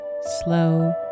slow